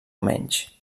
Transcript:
menys